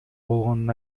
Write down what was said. болгонун